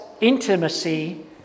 intimacy